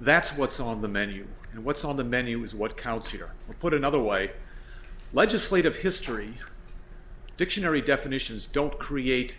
that's what's on the menu and what's on the menu is what counts here put another way legislative history dictionary definitions don't create